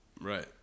Right